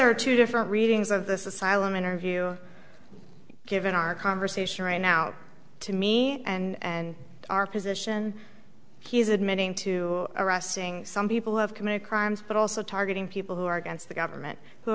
are two different readings of this asylum interview given our conversation right now to me and our position he is admitting to arresting some people who have committed crimes but also targeting people who are against the government who